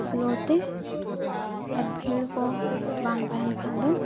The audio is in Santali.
ᱥᱞᱳᱛᱮ ᱟᱨ ᱵᱷᱤᱲ ᱠᱚ ᱵᱟᱝ ᱛᱟᱦᱮᱱ ᱠᱷᱟᱱ ᱫᱚ